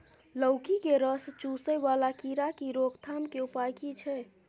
लौकी के रस चुसय वाला कीरा की रोकथाम के उपाय की छै?